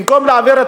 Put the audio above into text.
במקום להעביר,